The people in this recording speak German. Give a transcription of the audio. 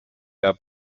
der